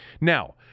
Now